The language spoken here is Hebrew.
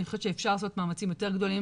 אני חושבת שאפשר לעשות מאמצים יותר גדולים